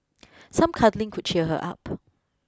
some cuddling could cheer her up